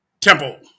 temple